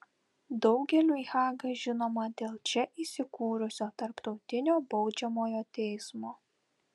daugeliui haga žinoma dėl čia įsikūrusio tarptautinio baudžiamojo teismo